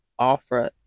offer